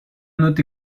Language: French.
note